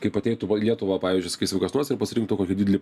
kaip ateitų va į lietuvą pavyzdžiui sakysim kas nors ir pasirinktų tokį didelį